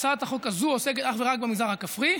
הצעת החוק הזאת עוסקת אך ורק במגזר הכפרי.